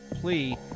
plea